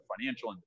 financial